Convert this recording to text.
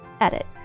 Edit